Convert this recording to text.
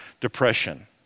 depression